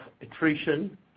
attrition